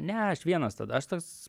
ne aš vienas tada aš toks